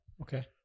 okay